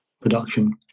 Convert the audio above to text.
production